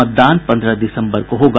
मतदान पन्द्रह दिसम्बर को होगा